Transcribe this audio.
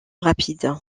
rapide